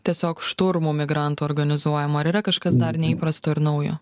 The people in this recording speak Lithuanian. tiesiog šturmų migrantų organizuojamų ar yra kažkas dar neįprasto ir naujo